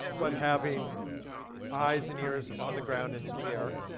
but having eyes and ears on the ground and in the air,